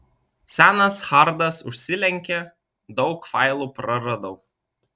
senas hardas užsilenkė daug failų praradau